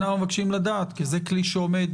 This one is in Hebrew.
אנחנו מבקשים לדעת, כי זה כלי שעומד.